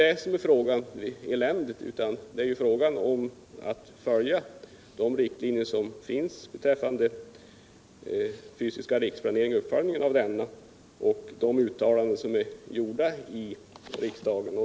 Men frågan gäller inte eländet, utan det är fråga om en uppföljning av de riktlinjer som finns för den fysiska riksplaneringen och de uttalanden som är gjorda i riksdagen.